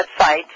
website